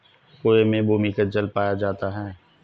कुएं में भूमिगत जल पाया जाता है